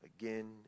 again